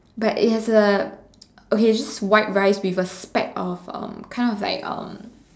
but it has a okay just white rice with a speck of um kind of like um